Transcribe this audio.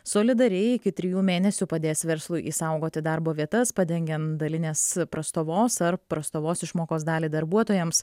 solidariai iki trijų mėnesių padės verslui išsaugoti darbo vietas padengiant dalinės prastovos ar prastovos išmokos dalį darbuotojams